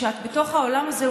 כשאת בתוך העולם הזה,